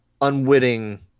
unwitting